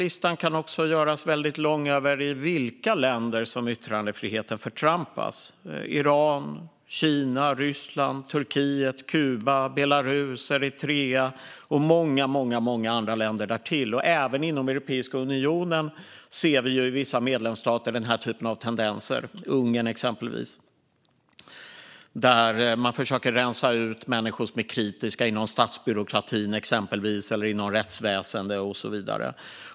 Listan kan också göras väldigt lång över i vilka länder som yttrandefriheten förtrumpas - Iran, Kina, Ryssland, Turkiet, Kuba, Belarus, Eritrea och många andra länder. Även i Europeiska unionen ser vi dessa tendenser i vissa medlemsstater, exempelvis Ungern, där man försöker rensa ut människor som är kritiska i statsbyråkratin, i rättsväsendet och så vidare.